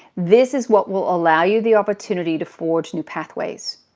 this is what will allow you the opportunity to forge new pathways,